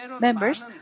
Members